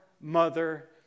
mother